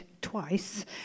twice